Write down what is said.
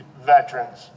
veterans